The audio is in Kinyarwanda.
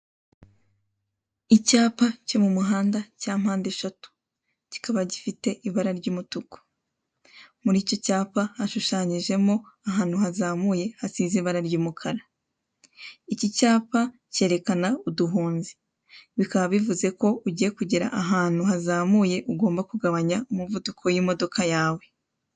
Icyapa cy'umuhanda cyapande eshatu, kikaba gifite ibara ry'umutuku muri icyo cyapa hashushanyijemo ahantu hazamuye hasize ibara ry'umukara ikicyapa cyereka uduhutsi bikaba bivuze ko ugiye kugera ahantu hazamuye ugomba kugabanya umuvuduko w'imodoka yawe.